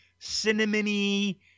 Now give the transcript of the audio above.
cinnamony